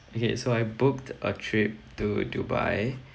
okay so I booked a trip to dubai